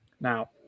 now